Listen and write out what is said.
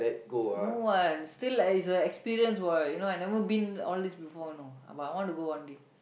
no what still like it's a experience you know I never been all this before know I might want to go one day